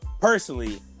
personally